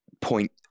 point